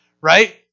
right